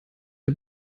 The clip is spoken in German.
der